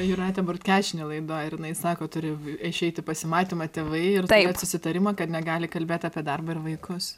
jūratė bortkevičienė laidoj ir jinai sako turi išeit į pasimatymą tėvai ir turėt susitarimą kad negali kalbėt apie darbą ir vaikus